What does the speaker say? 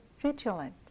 vigilant